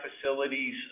facilities